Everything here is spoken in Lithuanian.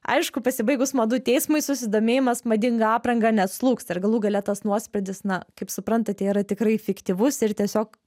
aišku pasibaigus madų teismui susidomėjimas madinga apranga neatslūgsta ir galų gale tas nuosprendis na kaip suprantate yra tikrai fiktyvus ir tiesiog